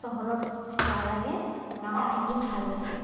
চহৰত বেয়া লাগে গাঁৱত থাকি ভাল লাগে